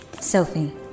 Sophie